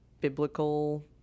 biblical